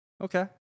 Okay